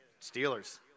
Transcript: Steelers